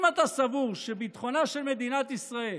אם אתה סבור שביטחונה של מדינת ישראל